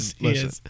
listen